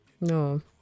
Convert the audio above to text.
No